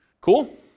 Cool